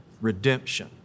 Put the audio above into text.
redemption